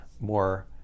more